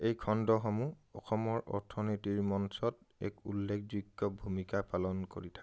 এই খণ্ডসমূহ অসমৰ অৰ্থনীতিৰ মঞ্চত এক উল্লেখযোগ্য ভূমিকা পালন কৰি থাকে